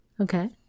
Okay